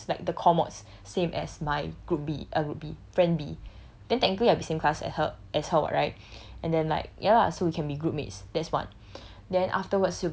like have same mods like the core mods same as my group B friend B then technically I'll be same class at her as her [what] right and then like ya lah so we can be group mates that's one